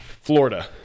Florida